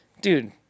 Dude